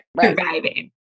surviving